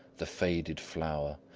the faded flower,